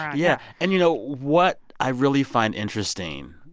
yeah yeah. and, you know, what i really find interesting,